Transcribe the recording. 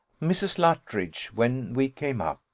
mrs. luttridge, when we came up,